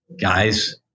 guys